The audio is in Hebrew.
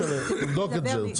תבדוק את זה.